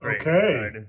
Okay